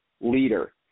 leader